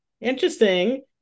interesting